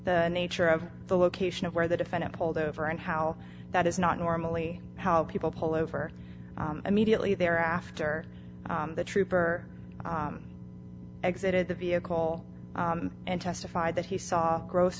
the nature of the location of where the defendant pulled over and how that is not normally how people pull over immediately there after the trooper exited the vehicle and testified that he saw gross